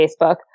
Facebook